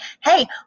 hey